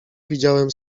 widziałem